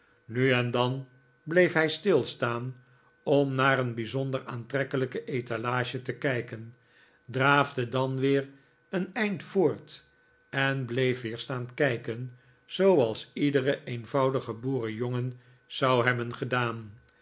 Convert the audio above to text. nu en dan bleef hij stilstaan om naar een bijzonder aantrekkelijke etalage te kijken draafde dan weer een eind voort en bleef weer staan kijken zooals iedere eenvoudige boerenjongen zou hebben gedaan